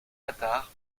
attard